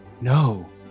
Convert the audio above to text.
no